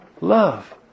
love